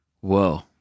whoa